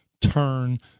turn